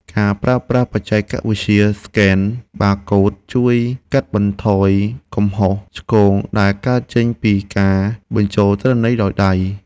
ការប្រើប្រាស់បច្ចេកវិទ្យាស្កេនបាកូដជួយកាត់បន្ថយកំហុសឆ្គងដែលកើតចេញពីការបញ្ចូលទិន្នន័យដោយដៃ។